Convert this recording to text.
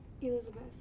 elizabeth